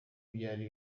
byari